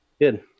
good